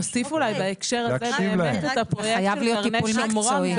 בהקשר הזה נוסיף את הפרויקט של היום השמיני.